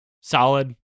solid